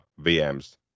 VMs